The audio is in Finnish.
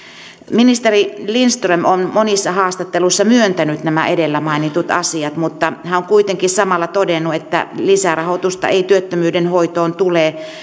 ministeri lindström on monissa haastatteluissa myöntänyt nämä edellä mainitut asiat mutta hän on kuitenkin samalla todennut että lisärahoitusta ei työttömyyden hoitoon tule